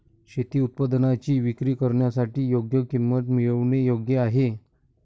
शेती उत्पादनांची विक्री करण्यासाठी योग्य किंमत मिळवणे योग्य आहे